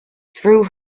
through